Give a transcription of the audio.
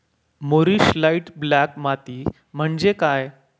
मूरिश light black माती म्हणजे काय?